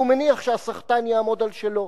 והוא מניח שהסחטן יעמוד על שלו.